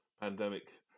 pandemic